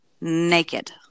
naked